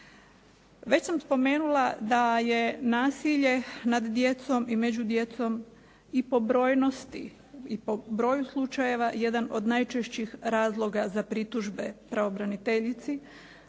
Već sam spomenula da je nasilje nad djecom i među djecom i po brojnosti i po broju slučajeva jedan od najčešćih razloga za pritužbe pravobraniteljici